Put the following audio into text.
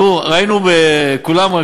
ראינו כולנו,